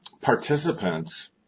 participants